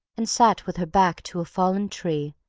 and sat with her back to a fallen tree,